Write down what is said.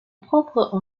propre